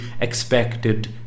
expected